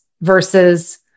versus